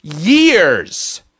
Years